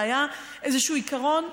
זה היה איזשהו עיקרון.